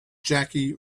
jackie